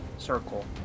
circle